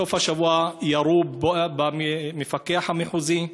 ובסוף השבוע ירו במפקח המחוזי.